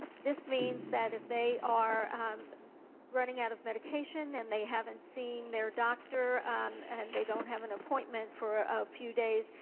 this means that if they are running out of medication and they haven't seen their doctor and they don't have an appointment for a few days,